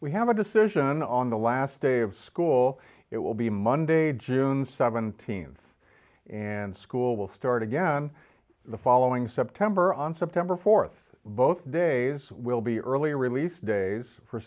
we have a decision on the last day of school it will be monday june th and school will start again in the following september on september th both days will be early release days for